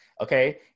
okay